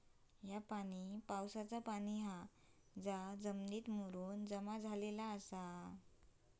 ह्या पाणी पावसाचा पाणी हा जा जमिनीत मुरून जमा झाला आसा